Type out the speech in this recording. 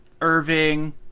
Irving